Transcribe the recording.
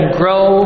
grow